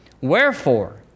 Wherefore